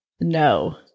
No